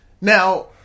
Now